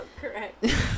correct